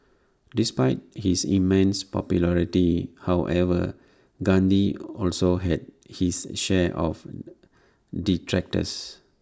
despite his immense popularity however Gandhi also had his share of detractors